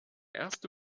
erste